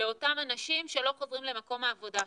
לאותם אנשים שלא חוזרים למקום העבודה שלהם,